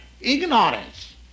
ignorance